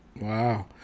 wow